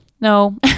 no